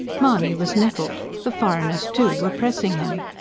mahony was nettled. the foreigners, too, were pressing him.